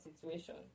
situation